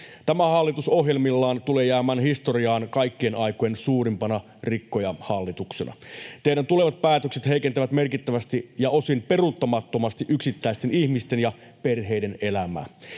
Tämä hallitus ohjelmillaan tulee jäämään historiaan kaikkien aikojen suurimpana rikkojahallituksena. Teidän tulevat päätöksenne heikentävät merkittävästi ja osin peruuttamattomasti yksittäisten ihmisten ja perheiden elämää.